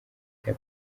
cya